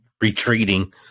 retreating